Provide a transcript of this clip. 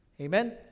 Amen